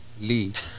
lead